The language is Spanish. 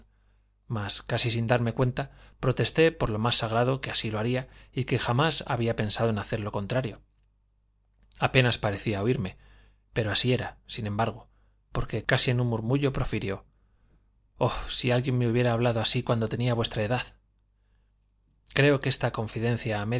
mas casi sin darme cuenta protesté por lo más sagrado que así lo haría y que jamás había pensado en hacer lo contrario apenas parecía oírme pero así era sin embargo porque casi en un murmullo profirió oh si alguien me hubiera hablado así cuando tenía vuestra edad creo que esta confidencia